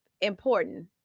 important